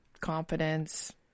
Confidence